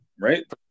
right